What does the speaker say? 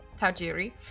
Tajiri